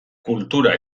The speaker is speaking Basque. kultura